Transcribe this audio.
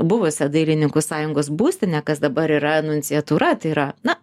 buvusią dailininkų sąjungos būstinę kas dabar yra nunciatūra tai yra na